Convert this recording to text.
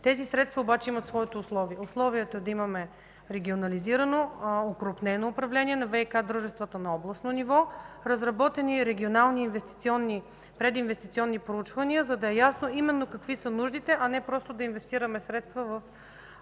Тези средства обаче имат своите условия – да имаме регионализирано, укрупнено управление на ВиК дружествата на областно ниво, разработени регионални инвестиционни и прединвестиционни проучвания, за да е ясно именно какви са нуждите, а не просто да инвестираме средства по